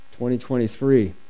2023